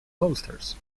posters